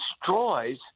destroys